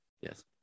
Yes